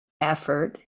effort